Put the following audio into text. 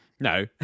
No